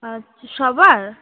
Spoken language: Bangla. আচ্ছা সবার